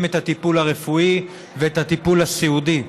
את הטיפול הרפואי ואת הטיפול הסיעודי.